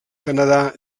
canadà